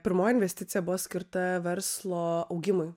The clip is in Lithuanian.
pirmoji investicija buvo skirta verslo augimui